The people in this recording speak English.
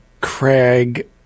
Craig